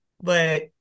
But-